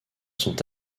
sont